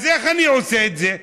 אז איך אני עושה את זה?